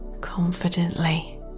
confidently